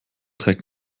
trägt